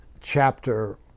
chapter